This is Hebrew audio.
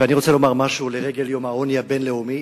אני רוצה לומר משהו לרגל יום העוני הבין-לאומי.